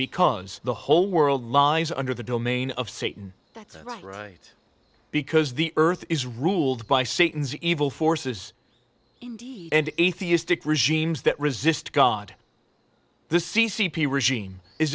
because the whole world lies under the domain of satan that's right because the earth is ruled by satan's evil forces indeed and atheistic regimes that resist god the c c p regime is